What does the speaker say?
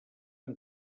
amb